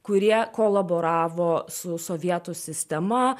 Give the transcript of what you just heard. kurie kolaboravo su sovietų sistema